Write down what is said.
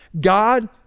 God